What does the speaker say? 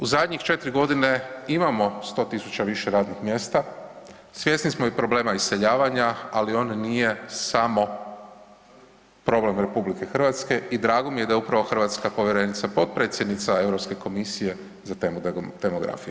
U zadnjih 4 godina imamo 100.000 više radnih mjesta, svjesni smo i problema iseljavanja ali on nije samo problem RH i drago mi je da je upravo hrvatska povjerenica potpredsjednica Europske komisije za temu demografije.